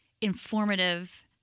informative